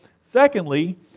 Secondly